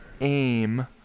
aim